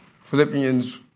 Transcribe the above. Philippians